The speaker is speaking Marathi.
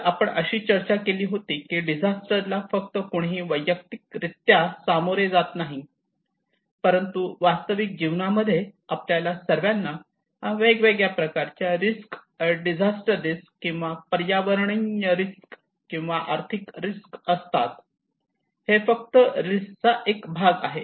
तर आपण अशी चर्चा केली होती की डिझास्टर ला फक्त कुणीही वैयक्तिक रित्या सामोरे जात नाहीत परंतु वास्तविक जीवनामध्ये आपल्याला सर्वांना वेगवेगळ्या प्रकारच्या रिस्क डिझास्टर रिस्क किंवा पर्यावरणीय रिस्क किंवा आर्थिक रिस्क असतात हे फक्त रिस्क चा एक भाग आहेत